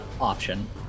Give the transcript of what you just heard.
option